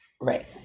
Right